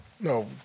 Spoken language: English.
no